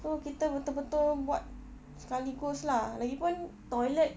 so kita betul-betul buat sekaligus lah lagi pun toilet